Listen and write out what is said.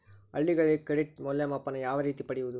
ಹಳ್ಳಿಗಳಲ್ಲಿ ಕ್ರೆಡಿಟ್ ಮೌಲ್ಯಮಾಪನ ಯಾವ ರೇತಿ ಪಡೆಯುವುದು?